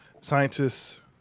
scientists